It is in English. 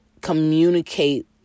communicate